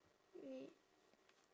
wait